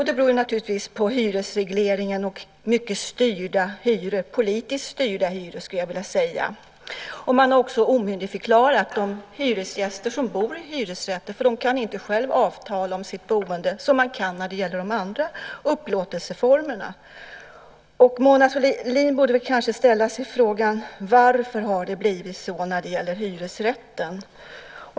Det beror naturligtvis på hyresregleringen och mycket politiskt styrda hyror. Man har också omyndigförklarat de hyresgäster som bor i hyresrätter. De kan ju inte själva avtala om sitt boende som man kan när det gäller de andra upplåtelseformerna. Mona Sahlin kanske borde ställa sig frågan: Varför har det blivit så när det gäller hyresrätten?